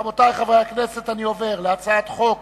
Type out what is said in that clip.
רבותי חברי הכנסת, אני עובר להצעת חוק